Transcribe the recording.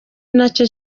nacyo